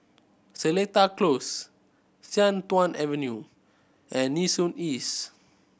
Seletar Close Sian Tuan Avenue and Nee Soon East